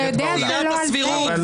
זאת עילת הסבירות,